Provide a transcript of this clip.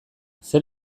zer